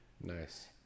Nice